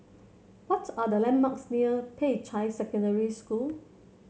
what are the landmarks near Peicai Secondary School